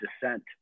Descent